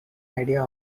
idea